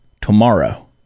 tomorrow